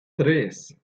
tres